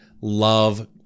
love